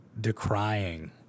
decrying